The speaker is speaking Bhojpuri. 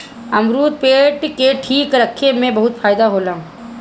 अमरुद पेट के ठीक रखे में बहुते फायदा करेला